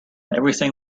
everything